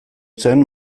zen